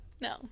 No